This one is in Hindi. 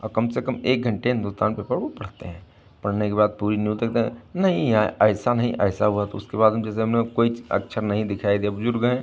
और कम से एक घंटे हिन्दुस्तान पेपर वो पढ़ते हैं पढ़ने के बाद पूरी न्यूज़ देखते हैं नहीं यार ऐसा नहीं ऐसा हुआ तो उसके बाद हम जैसे उन्हें कोई अक्षर नहीं दिखाई दिया बुज़ुर्ग हैं